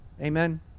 Amen